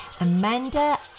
Amanda